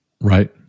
Right